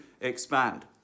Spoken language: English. expand